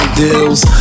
deals